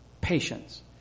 patience